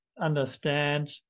understand